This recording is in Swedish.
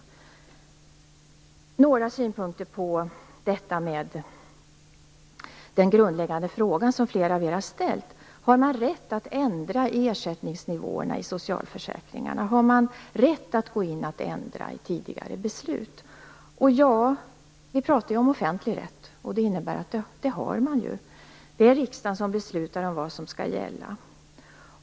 Jag har några synpunkter på de grundläggande frågor som flera av er har ställt: Har man rätt att ändra ersättningsnivåerna i socialförsäkringarna? Har man rätt att gå in och ändra tidigare beslut? Ja, vi pratar om offentlig rätt, vilket innebär att man har det. Det är riksdagen som beslutar vad som skall gälla.